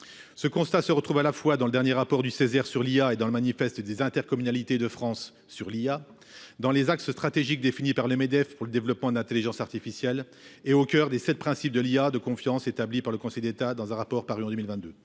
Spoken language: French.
Ce constat se retrouve à la fois dans le dernier rapport du Césaire sur l'IA et dans le manifeste des intercommunalités de France sur l'IA, dans les axes stratégiques définis par le MEDEF pour le développement de l'intelligence artificielle et au cœur des sept principes de l'IA de confiance établis par le Conseil d'État dans un rapport paru en 2022.